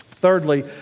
Thirdly